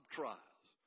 trials